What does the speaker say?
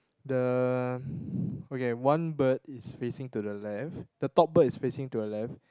the okay one bird is facing to the left the top bird is facing to the left